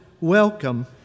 welcome